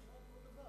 הצעתי מכירה לכל דבר.